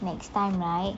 next time right